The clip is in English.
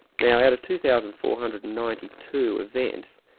now out of two thousand four hundred and ninety two events,